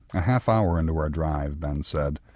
a half hour into our drive ben said,